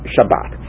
Shabbat